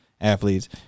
athletes